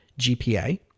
GPA